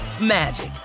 magic